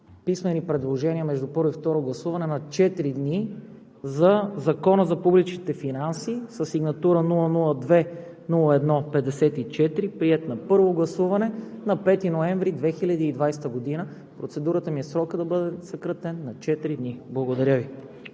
писмени предложения между първо и второ гласуване на четири дни за Закона за публичните финанси, със сигнатура 002-01-54, приет на първо гласуване на 5 ноември 2020 г. Процедурата ми е срокът да бъде съкратен на четири дни. Благодаря Ви.